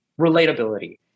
relatability